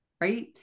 right